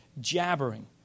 jabbering